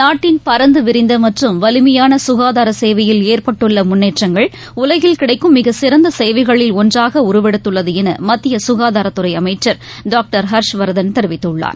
நாட்டின் பறந்துவிரிந்தமற்றும் வலிமையானசுகாதாரசேவையில் ஏற்பட்டுள்ளமுன்னேற்றங்கள் உலகில் கிடைக்கும் மிகச்சிறந்தசேவைகளில் ஒன்றாகஉருவெடுத்துள்ளதுஎனமத்தியசுகாதாரத்துறைஅமைச்சர் டாக்டர் ஷர்ஷ்வர்தன் தெரிவித்துள்ளார்